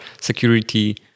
security